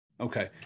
Okay